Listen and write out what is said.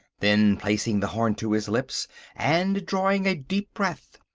then placing the horn to his lips and drawing a deep breath,